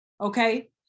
okay